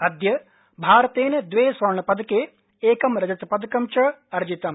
अद्य भारतेन द्वे स्वर्ण पदके एकं रजत पदकं च समर्जितम्